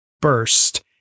burst